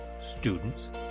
students